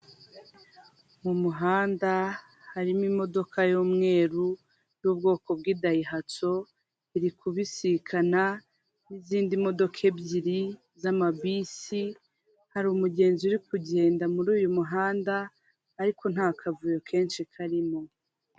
Iki ni ikinyabiziga kiri mu muhanda cya tagisi gitwara abantu batarenze cumi n'umunani, ikaba iri mu muhanda mwiza wa kaburimbo ndetse uboneye imodoka, harimo ibinyabiziga byinshi ndetse n'amatara yo mu muhanda ayifasha gutambuka.